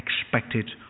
expected